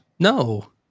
No